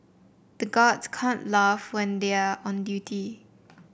the guards can't laugh when they are on duty